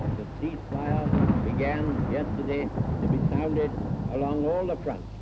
the ceasefire began yesterday to be sounded along all the fronts.